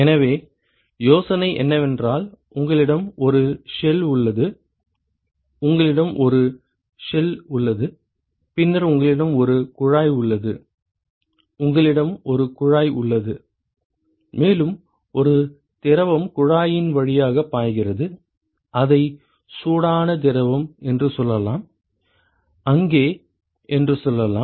எனவே யோசனை என்னவென்றால் உங்களிடம் ஒரு ஷெல் உள்ளது உங்களிடம் ஒரு ஷெல் உள்ளது பின்னர் உங்களிடம் ஒரு குழாய் உள்ளது உங்களிடம் ஒரு குழாய் உள்ளது மேலும் ஒரு திரவம் குழாயின் வழியாக பாய்கிறது அதை சூடான திரவம் என்று சொல்லலாம் அங்கே என்று சொல்லலாம்